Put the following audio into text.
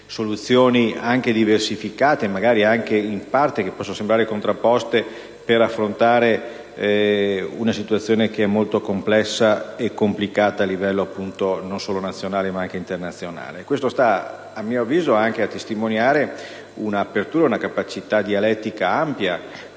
soluzioni anche diversificate, che magari in parte possono sembrare contrapposte per affrontare una situazione molto complessa e complicata al livello non solo nazionale, ma anche internazionale. Questo - a mio avviso - sta anche a testimoniare un'apertura, una capacità dialettica ampia,